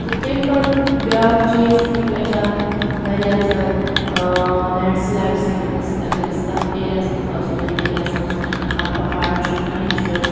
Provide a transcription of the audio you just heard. تہٕ تمہ پَتہٕ بیٛاکھ چیٖز ہیٚکہِ اچانٛک واریاہ زیادٕ لینٛڈ سٕلایڈس ہیٚکان گٔژھِتھ اگر أسۍ تتھ ایٚریاہَس مَنٛز آسو یتھ ایٚریاہَس مَنٛز پہاڑ چھُ کَنہِ چھُ